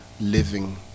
living